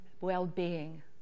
well-being